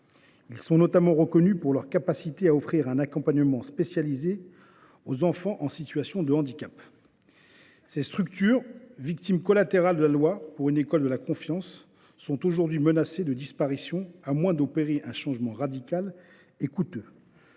Ils sont notamment reconnus pour leur capacité à offrir un accompagnement spécialisé aux enfants en situation de handicap. Ces structures, victimes collatérales de la loi pour une école de la confiance, sont aujourd’hui menacées de disparition, à moins d’effectuer un changement radical et coûteux